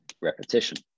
Repetition